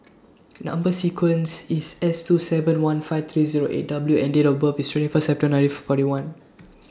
Number sequence IS S two seven one five three Zero eight W and Date of birth IS twenty five September nineteen four forty one